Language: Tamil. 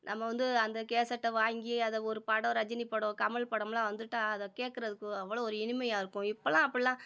நம்ப வந்து அந்த கேசட்டை வாங்கி அதை ஒரு படம் ரஜினி படம் கமல் படமெலாம் வந்துட்டால் அதை கேட்கறதுக்கு அவ்வளோ ஒரு இனிமையாக இருக்கும் இப்போல்லாம் அப்பிடிலாம்